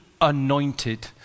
anointed